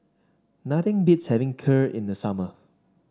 nothing beats having Kheer in the summer